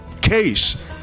case